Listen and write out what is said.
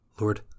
Lord